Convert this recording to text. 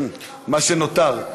מה שנותר.